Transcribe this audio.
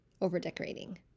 over-decorating